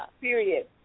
period